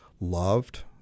loved